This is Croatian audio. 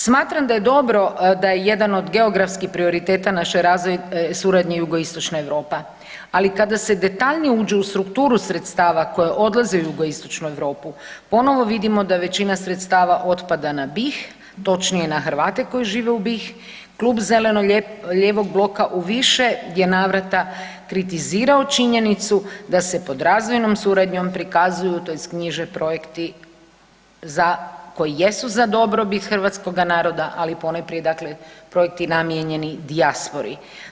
Smatram da je dobro da je jedan od geografskih prioriteta naše razvojne suradnje jugoistočna Europa, ali kada se detaljnije uđe u strukturu sredstava koja odlaze u jugoistočnu Europu ponovo vidimo da većina sredstava otpada na BiH, točnije na Hrvate koji žive u BiH, klub Zeleno-lijevog bloka u više je navrata kritizirao činjenicu da se pod razvojnom suradnjom prikazuju, tj. knjiže projekti koji jesu za dobrobit Hrvatskoga naroda ali ponajprije dakle projekti namijenjeni dijaspori.